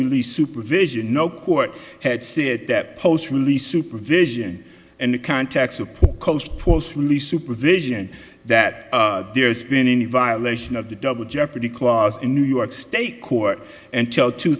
release supervision no court had said that post release supervision and the context of supervision that there's been any violation of the double jeopardy clause in new york state court until two